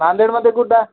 नांदेडमदे कुठं आहे